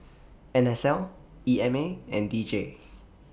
N S L E M A and D J